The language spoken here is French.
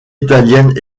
italiennes